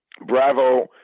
Bravo